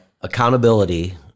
accountability